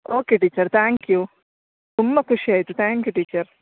okay teacher thank you ತುಂಬ ಖುಷಿ ಆಯಿತು ತ್ಯಾಂಕ್ ಯು ಟೀಚರ್